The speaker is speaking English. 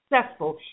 successful